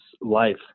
life